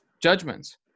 judgments